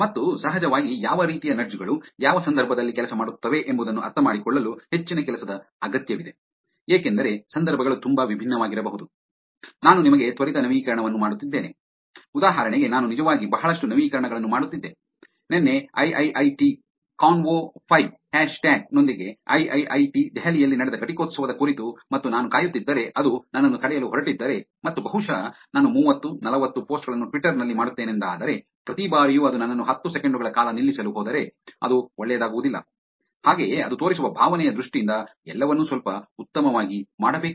ಮತ್ತು ಸಹಜವಾಗಿ ಯಾವ ರೀತಿಯ ನಡ್ಜ್ ಗಳು ಯಾವ ಸಂದರ್ಭದಲ್ಲಿ ಕೆಲಸ ಮಾಡುತ್ತವೆ ಎಂಬುದನ್ನು ಅರ್ಥಮಾಡಿಕೊಳ್ಳಲು ಹೆಚ್ಚಿನ ಕೆಲಸದ ಅಗತ್ಯವಿದೆ ಏಕೆಂದರೆ ಸಂದರ್ಭಗಳು ತುಂಬಾ ವಿಭಿನ್ನವಾಗಿರಬಹುದು ನಾನು ನಿಮಗೆ ತ್ವರಿತ ನವೀಕರಣವನ್ನು ಮಾಡುತ್ತಿದ್ದೇನೆ ಉದಾಹರಣೆಗೆ ನಾನು ನಿಜವಾಗಿ ಬಹಳಷ್ಟು ನವೀಕರಣಗಳನ್ನು ಮಾಡುತ್ತಿದ್ದೆ ನಿನ್ನೆ ಐಐಐಟಿ ಕಾನ್ವೊ 5 ಹ್ಯಾಶ್ ಟ್ಯಾಗ್ ನೊಂದಿಗೆ ಐಐಐಟಿ ದೆಹಲಿಯಲ್ಲಿ ನಡೆದ ಘಟಿಕೋತ್ಸವದ ಕುರಿತು ಮತ್ತು ನಾನು ಕಾಯುತ್ತಿದ್ದರೆ ಅದು ನನ್ನನ್ನು ತಡೆಯಲು ಹೊರಟಿದ್ದರೆ ಮತ್ತು ಬಹುಶಃ ನಾನು ಮೂವತ್ತು ನಲವತ್ತು ಪೋಸ್ಟ್ ಗಳನ್ನು ಟ್ವಿಟ್ಟರ್ ನಲ್ಲಿ ಮಾಡುತ್ತೇನೆಂದಾದರೆ ಪ್ರತಿ ಬಾರಿಯೂ ಅದು ನನ್ನನ್ನು ಹತ್ತು ಸೆಕೆಂಡು ಗಳ ಕಾಲ ನಿಲ್ಲಿಸಲು ಹೋದರೆ ಅದು ಒಳ್ಳೆಯದಾಗುವುದಿಲ್ಲ ಹಾಗೆಯೇ ಅದು ತೋರಿಸುವ ಭಾವನೆಯ ದೃಷ್ಟಿಯಿಂದ ಎಲ್ಲವನ್ನೂ ಸ್ವಲ್ಪ ಉತ್ತಮವಾಗಿ ಮಾಡಬೇಕು